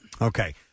Okay